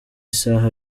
saha